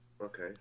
Okay